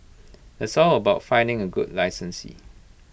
it's all about finding A good licensee